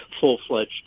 full-fledged